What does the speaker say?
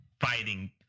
fighting